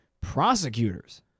prosecutors